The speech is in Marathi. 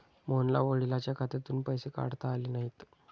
मोहनला वडिलांच्या खात्यातून पैसे काढता आले नाहीत